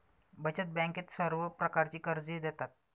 बचत बँकेत सर्व प्रकारची कर्जे देतात